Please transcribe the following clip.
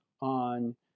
on